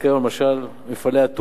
למשל, מפעלי הטונה,